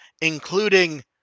including